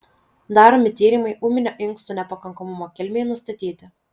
daromi tyrimai ūminio inkstų nepakankamumo kilmei nustatyti